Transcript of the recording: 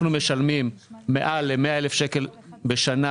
אנחנו משלמים מעל ל-100,000 שקל בשנה